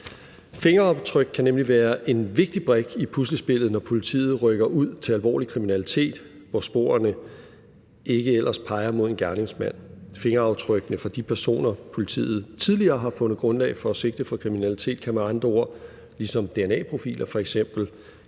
Fingeraftryk kan nemlig være en vigtig brik i puslespillet, når politiet rykker ud til alvorlig kriminalitet, hvor sporene ellers ikke peger mod en gerningsmand. Fingeraftrykkene fra de personer, som politiet tidligere har fundet grundlag for at sigte for kriminalitet, kan med andre ord ligesom f.eks.